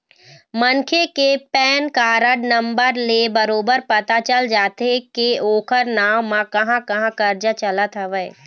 मनखे के PAN card number ले बरोबर पता चल जाथे के ओखर नांव म कहाँ कहाँ करजा चलत हवय